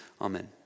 Amen